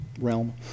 realm